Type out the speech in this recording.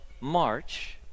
March